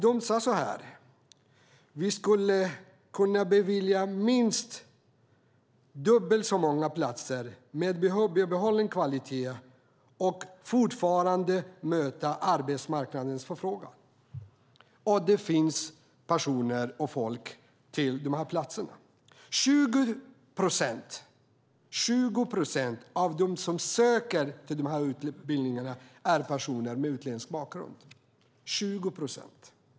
De sade att de skulle kunna bevilja minst dubbelt så många platser med bibehållen kvalitet och fortfarande möta arbetsmarknadens efterfrågan och att det finns personer till de här platserna. 20 procent av dem som söker till de här utbildningarna är personer med utländsk bakgrund.